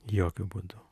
jokiu būdu